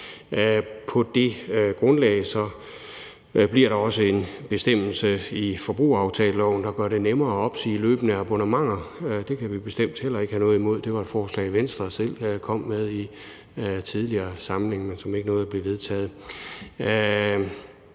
På det grundlag bliver der også en bestemmelse i forbrugeraftaleloven, der gør det nemmere at opsige løbende abonnementer. Det kan vi bestemt heller ikke have noget imod. Det var et forslag, Venstre selv kom med i en tidligere samling, men som ikke nåede at blive vedtaget.